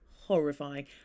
horrifying